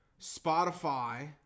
Spotify